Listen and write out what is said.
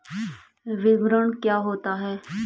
विपणन क्या होता है?